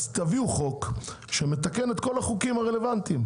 תביאו חוק שמתקן את כל החוקים הרלוונטיים.